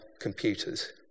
computers